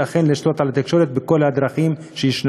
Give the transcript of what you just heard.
אלא אכן לשלוט בתקשורת בכל הדרכים שיש.